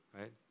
right